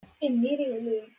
immediately